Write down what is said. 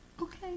Okay